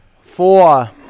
four